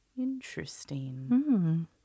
Interesting